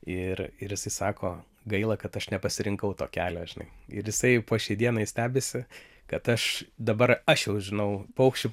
ir ir jisai sako gaila kad aš nepasirinkau to kelio žinai ir jisai po šiai dienai stebisi kad aš dabar aš jau žinau paukščių